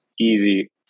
easy